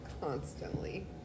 constantly